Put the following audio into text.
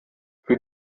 für